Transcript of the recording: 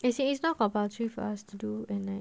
as in it is not compulsory for us to do at night